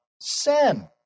sin